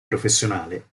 professionale